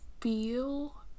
feel